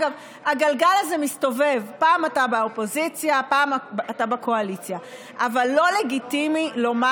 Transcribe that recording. אגב, הגלגל הזה מסתובב, אבל לא לגיטימי לגנוב